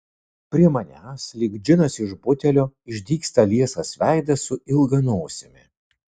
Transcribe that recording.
prie manęs lyg džinas iš butelio išdygsta liesas veidas su ilga nosimi